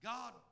God